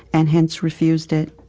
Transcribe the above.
and hence refused it.